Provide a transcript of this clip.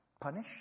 punish